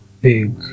big